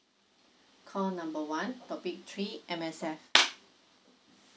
call number one topic three M_S_F